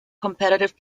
competitive